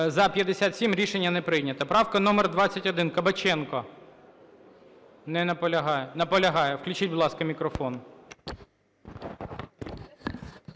За-57 Рішення не прийнято. Правка номер 21, Кабаченко. Не наполягає. Наполягає. Включіть, будь ласка, мікрофон.